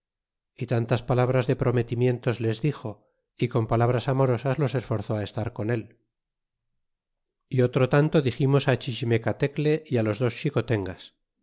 y tantas palabras de prometimientos les dixo y con palabras amorosas los esforzó estar con él y otro tanto dixirnos al chichime l y á los dos xicotengas